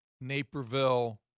Naperville